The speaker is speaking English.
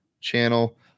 channel